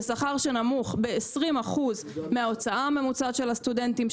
זה שכר שנמוך ב-20% מההוצאה הממוצעת של הסטודנטים,